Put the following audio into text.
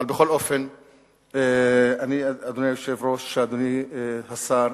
בכל אופן, אדוני היושב-ראש, אדוני השר,